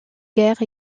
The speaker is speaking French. guerre